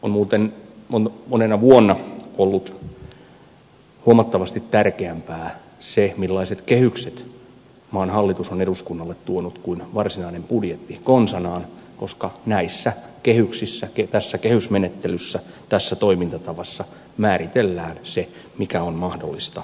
on muuten monena vuonna ollut huomattavasti tärkeämpää se millaiset kehykset maan hallitus on eduskunnalle tuonut kuin varsinainen budjetti konsanaan koska näissä kehyksissä tässä kehysmenettelyssä tässä toimintatavassa määritellään se mikä on mahdollista mikä ei